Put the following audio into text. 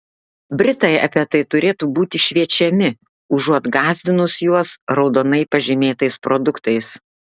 britai apie tai turėtų būti šviečiami užuot gąsdinus juos raudonai pažymėtais produktais